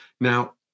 Now